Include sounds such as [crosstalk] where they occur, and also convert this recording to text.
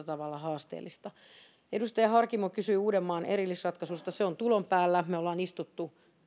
[unintelligible] tavalla haasteellista edustaja harkimo kysyi uudenmaan erillisratkaisusta se on tulon päällä me olemme istuneet